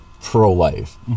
pro-life